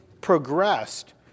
progressed